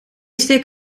stick